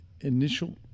initial